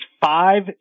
five